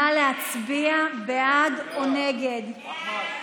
נא להצביע בעד או נגד.